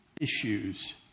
issues